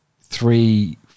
Three